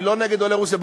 אני לא נגד עולי רוסיה.